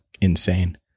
insane